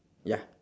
ya